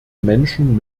menschen